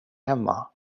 hemma